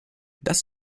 das